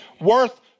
worth